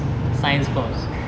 science course